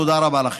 תודה רבה לכם.